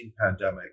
pandemic